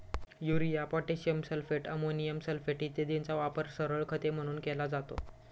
urea, potassium sulphate, ammonium sulphate इत्यादींचा वापर सरळ खते म्हणून केला जातो